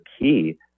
key